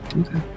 Okay